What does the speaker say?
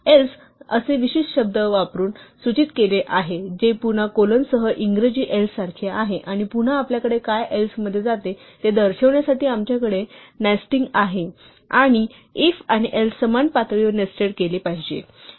else असे विशेष शब्द वापरून सूचित केले आहे जे पुन्हा कोलनसह इंग्रजी else सारखे आहे आणि पुन्हा आपल्याकडे काय else मध्ये जाते हे दर्शविण्यासाठी आमच्याकडे नेस्टिंग आहे आणि if आणि else समान पातळीवर नेस्टेड केले पाहिजे